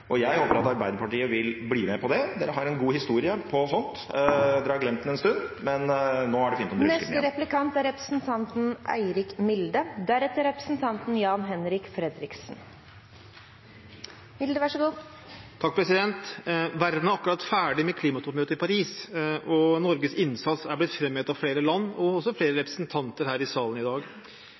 Jeg håper at Arbeiderpartiet vil bli med på det – de har en god historie på sånt, de har glemt den en stund, men nå er det fint om de husker den igjen. Verden er akkurat ferdig med klimatoppmøtet i Paris, og Norges innsats er blitt framhevet av flere land, og også av flere representanter her i salen i dag.